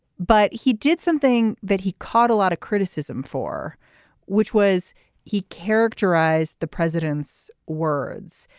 but he did something that he caught a lot of criticism for which was he characterized the president's words.